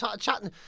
chatting